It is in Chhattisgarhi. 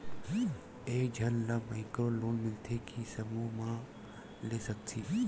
एक झन ला माइक्रो लोन मिलथे कि समूह मा ले सकती?